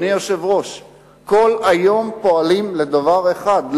כל היום פועלים לדבר אחד,